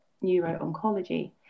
neuro-oncology